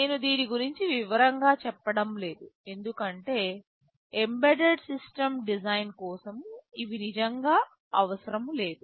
నేను దీని గురించి వివరంగా చెప్పడం లేదు ఎందుకంటే ఎంబెడెడ్ సిస్టమ్ డిజైన్ కోసం ఇవి నిజంగా అవసరం లేదు